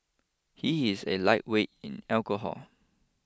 he is a lightweight in alcohol